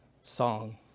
song